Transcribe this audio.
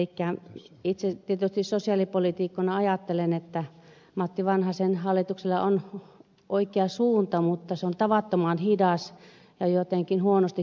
elikkä itse tietysti sosiaalipoliitikkona ajattelen että matti vanhasen hallituksella on oikea suunta mutta toiminta tavattoman hidasta ja jotenkin huonosti kohdennettua